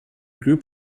group